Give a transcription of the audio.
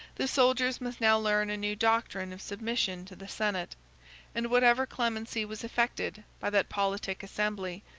the soldiers must now learn a new doctrine of submission to the senate and whatever clemency was affected by that politic assembly,